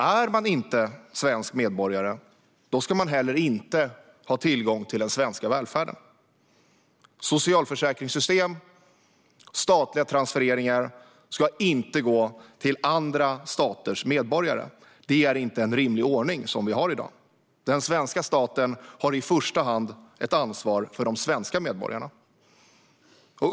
Är man inte svensk medborgare ska man heller inte ha tillgång till den svenska välfärden. Socialförsäkringssystem och statliga transfereringar ska inte utnyttjas av andra staters medborgare. Det är inte en rimlig ordning vi har i dag. Den svenska staten har i första hand ett ansvar för de svenska medborgarna.